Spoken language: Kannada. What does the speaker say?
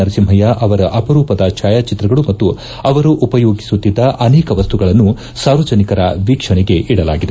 ನರಸಿಂಹಯ್ಲ ಅವರ ಅಪರೂಪದ ಛಾಯಾಚಿತ್ರಗಳು ಮತ್ತು ಅವರು ಉಪಯೋಗಿಸುತ್ತಿದ್ದ ಅನೇಕ ವಸ್ತುಗಳನ್ನು ಸಾರ್ವಜನಿಕರ ವೀಕ್ಷಣೆಗೆ ಇಡಲಾಗಿದೆ